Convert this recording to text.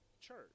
church